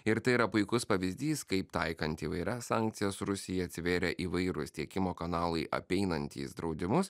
ir tai yra puikus pavyzdys kaip taikant įvairias sankcijas rusijai atsivėrė įvairūs tiekimo kanalai apeinantys draudimus